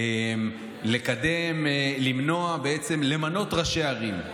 למנות ראשי ערים.